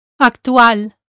Actual